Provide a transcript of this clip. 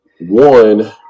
one